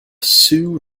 sioux